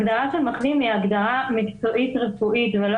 ההגדרה של מחלים היא הגדרה מקצועית רפואית ולא